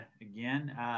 again